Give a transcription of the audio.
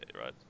right